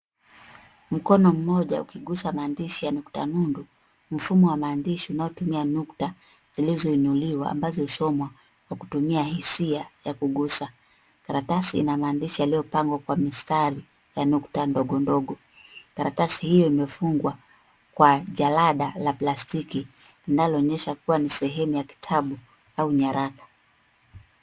Mkono mmoja ukigusa maandishi ya nukta nundu, mfumo wa maandishi unaotumia nukta zilizoinuliwa ambazo husomwa kwa kutumia hisia ya kugusa. Karatasi ina maandishi yaliyopangwa kwa mistari ya nukta ndogo ndogo. Karatasi hiyo imefungwa kwa jalada la plastiki, linaloonyesha kuwa ni sehemu ya kitabu au nyaraka.